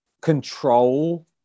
control